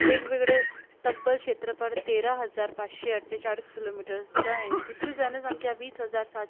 वेगवेगळे तब्बल क्षेत्रफळ तेरा हजार पाचशे अठ्ठेचाळीस किलोमीटर्सचा आहे तिथली जनसंख्या वीस हजार सात